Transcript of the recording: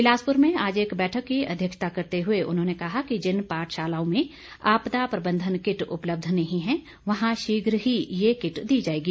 बिलासपुर में आज एक बैठक की अध्यक्षता करते हुए उन्होंने कहा कि जिन पाठशालाओं में आपदा प्रबंधन किट उपलब्ध नहीं है वहां शीघ्र ही ये किट दी जाएगी